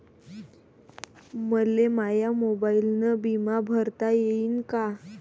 मले माया मोबाईलनं बिमा भरता येईन का?